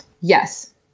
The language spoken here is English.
Yes